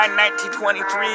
1923